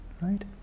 Right